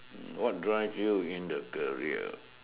what drive you in the barrier